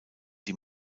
die